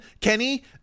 Kenny